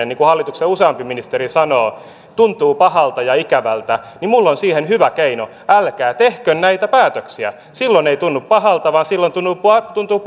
niin kuin useampi hallituksen ministeri sanoo että näiden päätösten tekeminen tuntuu pahalta ja ikävältä niin minulla on siihen hyvä keino älkää tehkö näitä päätöksiä silloin ei tunnu pahalta vaan silloin tuntuu